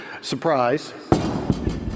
surprise